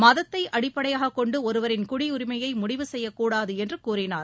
மதத்தை அடிப்படையாக கொண்டு ஒருவரின் குடியுரிமையை முடிவு செய்யக்கூடாது என்று கூறினார்